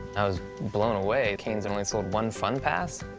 i was blown away. caine's only sold one fun pass?